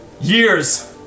Years